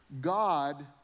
God